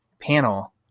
panel